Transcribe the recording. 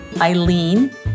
Eileen